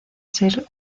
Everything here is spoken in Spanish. ser